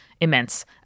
immense